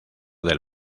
del